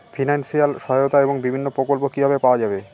Financial সহায়তা এবং বিভিন্ন প্রকল্প কিভাবে পাওয়া যাবে?